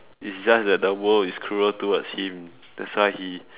it's just that the world is cruel towards him that's why he